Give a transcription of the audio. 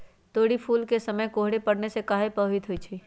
तोरी फुल के समय कोहर पड़ने से काहे पभवित होई छई?